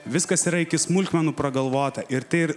viskas yra iki smulkmenų pragalvota ir tai ir